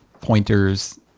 pointers